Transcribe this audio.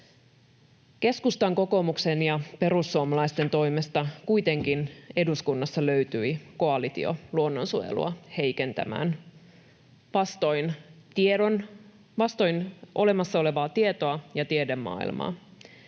Keskustan, kokoomuksen ja perussuomalaisten toimesta kuitenkin eduskunnassa löytyi koalitio luonnonsuojelua heikentämään vastoin olemassa olevaa tietoa ja tiedemaailmaa.